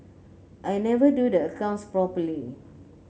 I never do the accounts properly